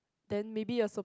then maybe your sup~